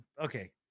Okay